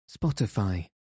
Spotify